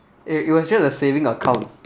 it it was just a saving account